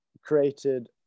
created